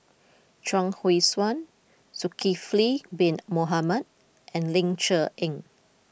Chuang Hui Tsuan Zulkifli Bin Mohamed and Ling Cher Eng